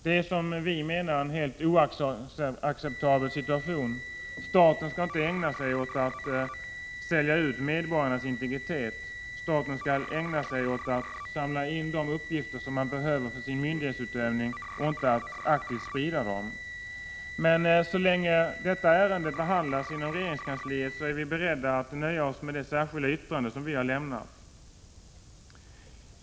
Det är, menar vi, en helt oacceptabel situation — staten skall inte ägna sig åt att sälja ut medborgarnas integritet. Staten skall ägna sig åt att samla in de uppgifter som man behöver för sin myndighetsutövning och inte åt att aktivt sprida den. Men så länge detta ärende behandlas inom regeringskansliet är vi beredda att nöja oss med det särskilda yttrande som vi har avgivit.